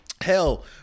Hell